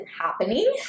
happening